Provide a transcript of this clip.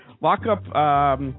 Lockup